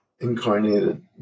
incarnated